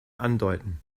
andeuten